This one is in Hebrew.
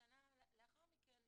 בשנה שלאחר מכן,